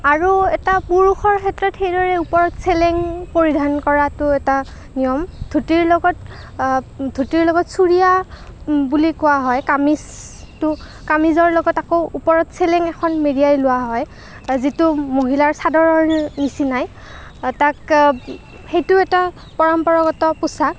আৰু এটা পুৰুষৰ ক্ষেত্ৰত সেইদৰে ওপৰত চেলেং পৰিধান কৰাতো এটা নিয়ম ধুতিৰ লগত ধুতিৰ লগত চুৰিয়া বুলি কোৱা হয় কামিজটো কামিজৰ লগত আকৌ ওপৰত চেলেং এখন মেৰিয়াই লোৱা হয় যিটো মহিলাৰ চাদৰৰ নিচিনাই তাক সেইটো এটা পৰম্পৰাগত পোচাক